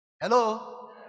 Hello